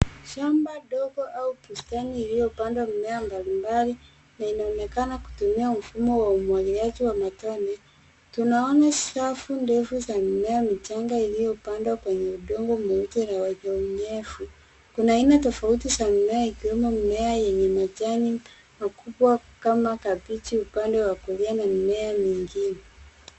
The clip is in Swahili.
Shamba ndogo au bustani iliyopandwa mimea mbalimbali na inaonekana kutumia mfumo wa umwagiliaji wa matone. Tunaona safu ndefu za mimea michanga, iliyopandwa kwenye udongo mweusi na wenye unyevu. Kuna aina tofauti za mimea, ikiwemo mimea yenye majani makubwa kama kabichi upande wa kulia na mimea mingine.